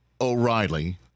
O'Reilly